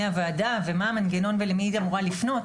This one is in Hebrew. הוועדה ומה המנגנון ולמי היא אמורה לפנות.